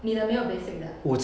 你的没有 basic 的 ah